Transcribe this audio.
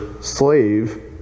slave